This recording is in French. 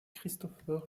christopher